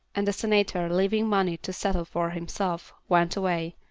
and the senator, leaving money to settle for himself, went away.